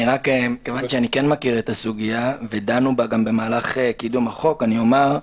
מכיוון שאני כן מכיר את הסוגיה ודנו בה גם במהלך קידום החוק אני אומר,